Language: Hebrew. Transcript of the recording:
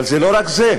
אבל זה לא רק זה,